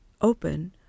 open